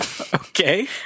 Okay